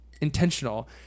intentional